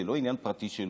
זה לא עניין פרטי שלו,